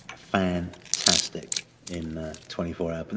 and fantastic in twenty four hour. and